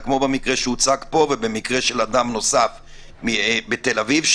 כמו במקרה שהוצג פה ובמקרה של אדם נוסף בתל אביב,